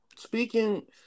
Speaking